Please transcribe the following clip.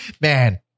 Man